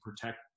protect